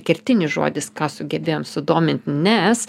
kertinis žodis ką sugebėjom sudomint nes